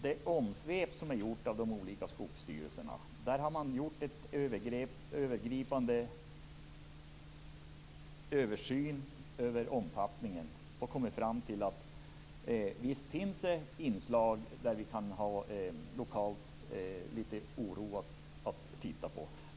De olika skogsvårdsstyrelserna har gjort ett omsvep med en övergripande översyn av omfattningen. De kommit fram till att det finns inslag lokalt som vi kan ha skäl att titta närmare på och oroa oss för.